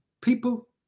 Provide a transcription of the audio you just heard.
people